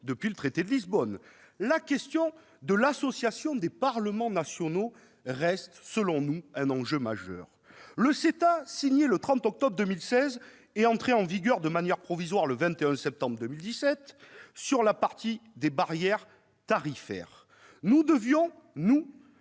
depuis le traité de Lisbonne, la question de l'association des parlements nationaux reste, selon nous, un enjeu majeur. Le CETA, signé le 30 octobre 2016, est entré en vigueur de manière provisoire le 21 septembre 2017 pour sa partie relative aux barrières tarifaires. Nous devions nous